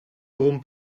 algun